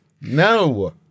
No